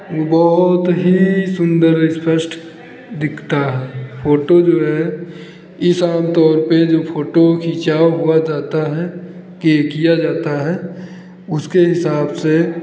बहुत ही सुंदर स्पष्ट दिखता है फोटो जो है इस आम तौर पे जो है फोटो खिंचाव होगा हुआ दाता है के किया जाता है उसके हिसाब से